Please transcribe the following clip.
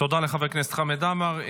תודה לחבר הכנסת חמד עמאר.